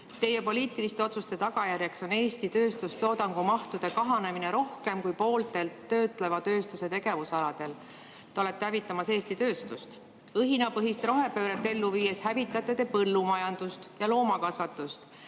Teie poliitiliste otsuste tagajärjeks on Eesti tööstustoodangu mahtude kahanemine rohkem kui pooltel töötleva tööstuse tegevusaladel. Te olete hävitamas Eesti tööstust. Õhinapõhist rohepööret ellu viies hävitate te põllumajandust ja loomakasvatust.